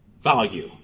value